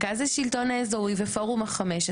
מרכז השלטון האזורי ופורום ה-15,